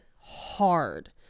hard